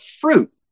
fruit